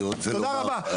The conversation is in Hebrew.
תודה רבה.